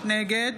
נגד